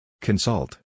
Consult